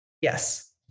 yes